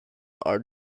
our